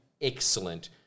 excellent